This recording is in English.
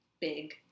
big